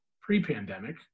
pre-pandemic